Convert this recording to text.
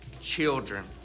children